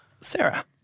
Sarah